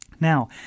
now